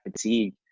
fatigue